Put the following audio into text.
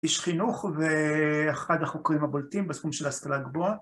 איש חינוך ואחד החוקרים הבולטים בתחום של ההשכלה הגבוהה.